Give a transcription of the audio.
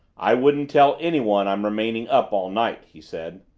i wouldn't tell anyone i'm remaining up all night, he said.